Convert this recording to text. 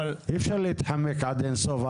אי אפשר להתחמק עד אין סוף.